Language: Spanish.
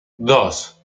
dos